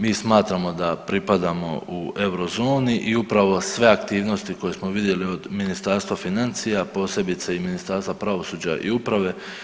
Mi smatramo da pripadamo u euro zoni i upravo sve aktivnosti koje smo vidjeli od Ministarstva financija posebice i Ministarstva pravosuđa i uprave.